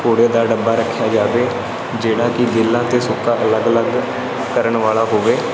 ਕੂੜੇ ਦਾ ਡੱਬਾ ਰੱਖਿਆ ਜਾਵੇ ਜਿਹੜਾ ਕਿ ਗਿੱਲਾ ਅਤੇ ਸੁੱਕਾ ਅਲੱਗ ਅਲੱਗ ਕਰਨ ਵਾਲਾ ਹੋਵੇ